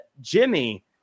Jimmy